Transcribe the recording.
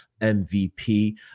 MVP